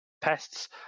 pests